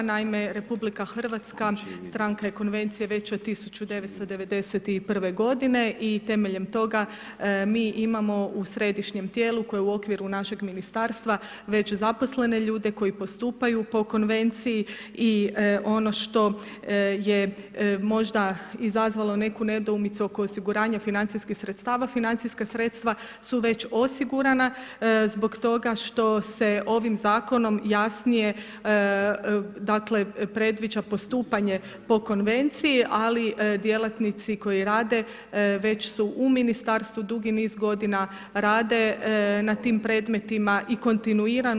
Naime, RH stranka je Konvencije već od 1991. godine i temeljem toga mi imamo u središnjem tijelu koje je u okviru našeg ministarstva već zaposlene ljude koji postupaju po Konvenciji i ono što je možda izazvalo neku nedoumicu oko osiguranja financijskih sredstava, financijska sredstava su već osigurana zbog toga što se ovim zakonom jasnije dakle predviđa postupanje pod Konvenciji, ali djelatnici koji rade već su u Ministarstvu dugi niz godina rade na tim predmetima i kontinuirano.